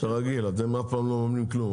כרגיל, אתם אף פעם לא עונים כלום.